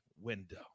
window